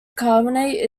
carbonate